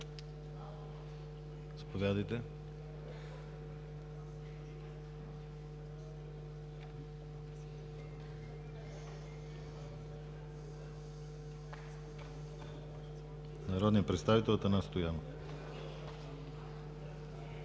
народния представител Атанас Стоянов